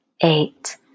eight